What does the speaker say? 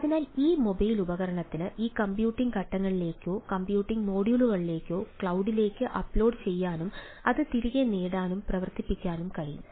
അതിനാൽ ആ മൊബൈൽ ഉപകരണത്തിന് ഈ കമ്പ്യൂട്ടിംഗ് ഘട്ടങ്ങളിലേക്കോ കമ്പ്യൂട്ടിംഗ് മൊഡ്യൂളുകളിലേക്കോ ക്ലൌഡിലേക്ക് ഓഫ്ലോഡ് ചെയ്യാനും അത് തിരികെ നേടാനും പ്രവർത്തിക്കാനും കഴിയും